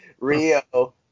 Rio